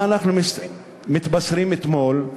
מה אנחנו מתבשרים אתמול?